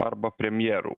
arba premjerų